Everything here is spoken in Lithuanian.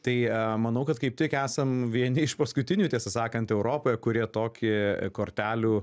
tai manau kad kaip tik esam vieni iš paskutinių tiesą sakant europoje kurie tokį kortelių